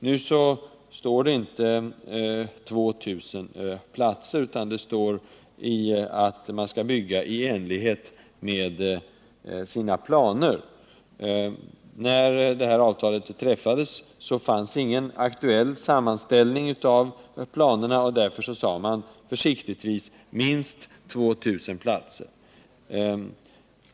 Nu står det inte 2 000 platser, utan det står att man skall bygga i enlighet med sina planer. När detta avtal träffades fanns det ingen aktuell sammanställning av planerna, och därför sade man försiktigtvis ”minst 2 000 platser”.